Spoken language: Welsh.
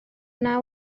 naw